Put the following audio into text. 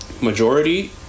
majority